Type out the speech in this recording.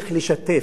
צריך לשתף.